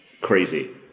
crazy